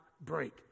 break